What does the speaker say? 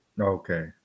Okay